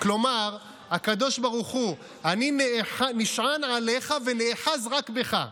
כלומר הקדוש ברוך הוא, אני נשען עליך ונאחז רק בך.